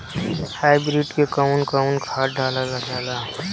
Hybrid में कउन कउन खाद डालल जाला?